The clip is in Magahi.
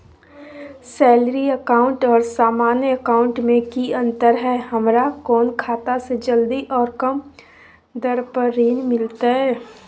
सैलरी अकाउंट और सामान्य अकाउंट मे की अंतर है हमरा कौन खाता से जल्दी और कम दर पर ऋण मिलतय?